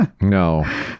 No